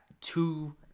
two